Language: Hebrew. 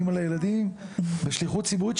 אימא לילדים בשליחות ציבורית,